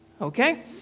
okay